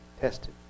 tested